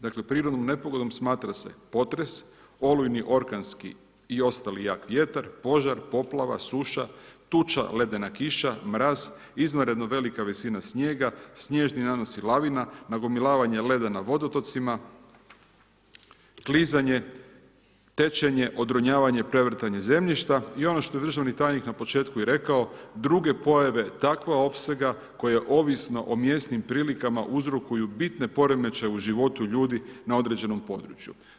Dakle, prirodnom nepogodom, smatra se potres, olujni orkanski i ostali jak vjetar, požar, poplava, suša, tuča, ledena kiša, mraz, izvanredna velika visina snijega, snježni nanosi lavina, nagomilavanje leda na vodotocima, klizanje, tečenje, odronjavanje prevrtanje zemljišta i ono što je državni tajnik na početku i rekao, druge pojave takvog opsega, koji ovisno o mjesnim prilikama uzrokuju bitne poremećaje u životu ljudi na određenom području.